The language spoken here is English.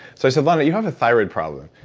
so i said, lana, you have a thyroid problem.